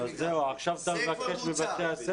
וזה כבר בוצע.